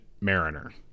mariner